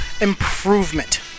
improvement